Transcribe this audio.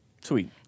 sweet